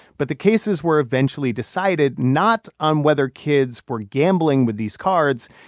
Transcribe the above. but the cases were eventually decided not on whether kids were gambling with these cards.